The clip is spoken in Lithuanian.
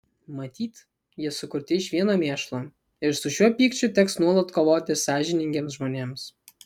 matyt jie sukurti iš vieno mėšlo ir su šiuo pykčiu teks nuolat kovoti sąžiningiems žmonėms